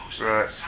Right